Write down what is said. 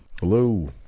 Hello